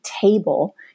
table